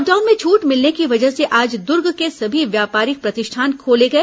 lockdown में छूट मिलने की वजह से आज दुर्ग के सभी व्यापारिक प्रतिष्ठान खोले गए